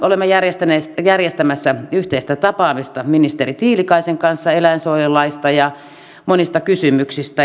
olemme järjestämässä yhteistä tapaamista ministeri tiilikaisen kanssa eläinsuojelulaista ja monista kysymyksistä